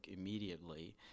immediately